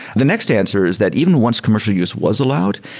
the next answer is that even once commercial use was allowed,